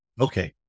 Okay